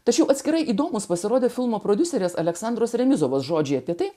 tačiau atskirai įdomus pasirodė filmo prodiuseris aleksandras remizas žodžiai apie tai